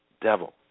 devil